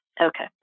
Okay